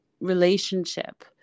relationship